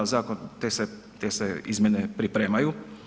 Zakon, te se izmjene pripremaju.